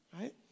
right